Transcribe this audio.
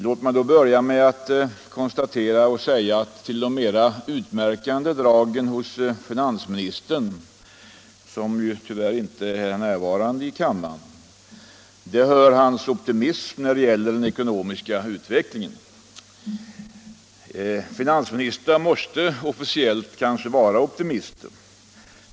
Jag vill gärna börja med att konstatera att till de mera utmärkande dragen hos finansministern, som ju tyvärr inte är närvarande i kammaren, hör hans optimism när det gäller den ekonomiska utvecklingen. Finansministrar måste kanske officiellt vara optimister.